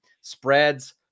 spreads